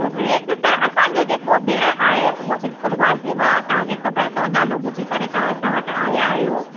त रेट त असांजो जेको भैणु आहे उहा बिल्कुलु वाजिब आहे तव्हांखे ख़बर अथव नालो ॿुधी करे तव्हां असां वटि आया आहियो